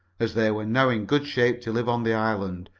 as they were now in good shape to live on the island,